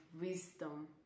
wisdom